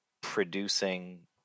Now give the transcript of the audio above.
producing